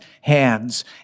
hands